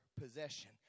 possession